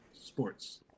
sports